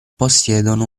possiedono